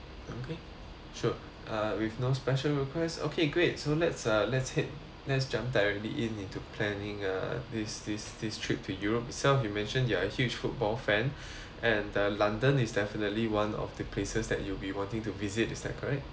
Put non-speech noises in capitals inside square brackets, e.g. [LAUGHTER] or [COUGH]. okay sure uh with no special request okay great so let's uh let's hit let's jump directly it into planning uh this this this trip to europe itself you mentioned you are a huge football fan [BREATH] and the london is definitely one of the places that you will be wanting to visit is that correct